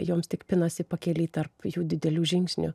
joms tik pinasi pakely tarp jų didelių žingsnių